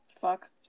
Fuck